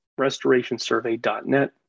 restorationsurvey.net